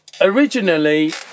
originally